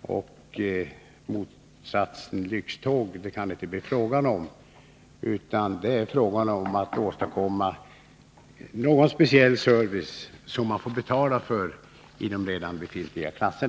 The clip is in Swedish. och motsatsen lyxtåg, vilket framgick i pressen, utan det är fråga om att åstadkomma en speciell service i de redan befintliga klasserna som man får betala för.